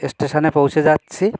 স্টেশনে পৌঁছে যাচ্ছি